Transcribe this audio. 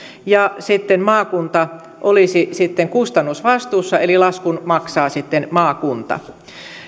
maakunta olisi sitten kustannusvastuussa eli laskun maksaa maakunta